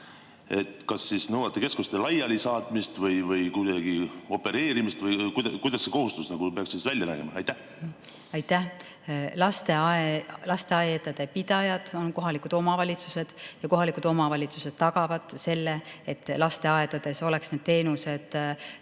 kas te nõuate keskuste laialisaatmist või kuidagi opereerimist või kuidas see kohustus peaks välja nägema? Aitäh! Lasteaedade pidajad on kohalikud omavalitsused ja kohalikud omavalitsused tagavad selle, et lasteaedades oleksid need teenused